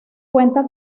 cuenta